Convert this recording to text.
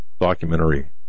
documentary